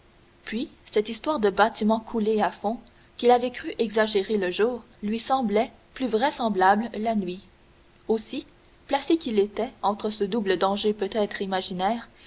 puis cette histoire de bâtiments coulés à fond qu'il avait crue exagérée le jour lui semblait plus vraisemblable la nuit aussi placé qu'il était entre ce double danger peut-être imaginaire